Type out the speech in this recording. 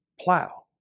plow